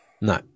no